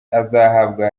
azahabwa